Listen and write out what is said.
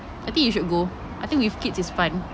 I think you should go I think with kids is fun